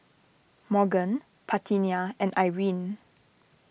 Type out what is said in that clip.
Morgan Parthenia and Irine